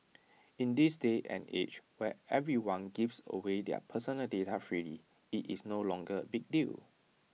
in this day and age where everyone gives away their personal data freely IT is no longer A big deal